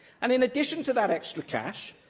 and in addition to that extra cash,